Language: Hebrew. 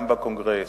גם בקונגרס,